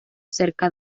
cerca